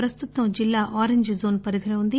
ప్రస్తుతం జిల్లా orange zone పరిధిలొ ఉంది